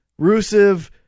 Rusev